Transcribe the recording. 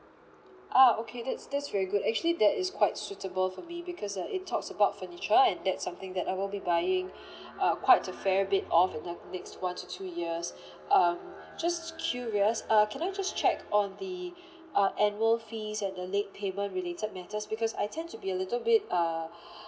ah okay that's that's very good actually that is quite suitable for me because uh it talks about furniture and that's something that I will be buying uh quite a fair bit of in the next one to two years um just curious uh can I just check on the uh annual fees at the late payment related matters because I tend to be a little bit uh